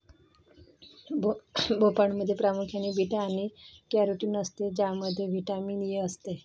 भोपळ्यामध्ये प्रामुख्याने बीटा आणि कॅरोटीन असते ज्यामध्ये व्हिटॅमिन ए असते